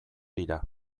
dira